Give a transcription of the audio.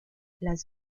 las